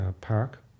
park